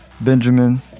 Benjamin